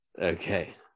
Okay